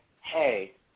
hey